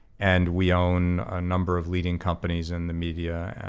and we own a number of leading companies in the media,